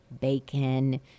bacon